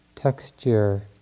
texture